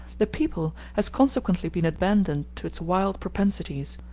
the people has consequently been abandoned to its wild propensities,